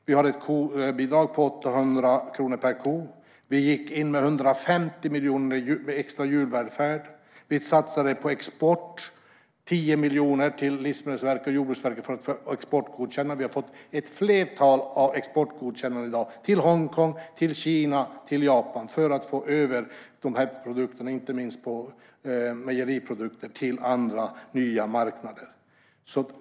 Vi har ett kobidrag på 800 kronor per ko. Vi gick in med 150 miljoner för extra djurvälfärd. Vi satsade på export och gav 10 miljoner till Livsmedelsverket och Jordbruksverket för arbete med exportgodkännanden. Vi har fått ett flertal exportgodkännanden - till Hongkong, till Kina, till Japan. På så sätt kan vi få över inte minst mejeriprodukter till andra och nya marknader.